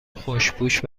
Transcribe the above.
خوشپوش